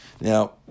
Now